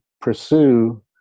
pursue